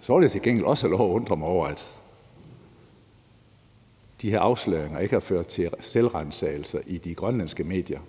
Så vil jeg til gengæld også have lov at undre mig over, at de her afsløringer ikke har ført til selvransagelse i de grønlandske medier.